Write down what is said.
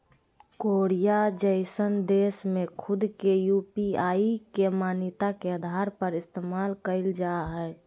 Korea जइसन देश में खुद के यू.पी.आई के मान्यता के आधार पर इस्तेमाल कईल जा हइ